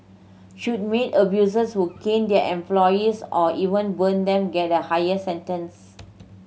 should maid abusers who cane their employees or even burn them get higher sentence